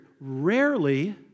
rarely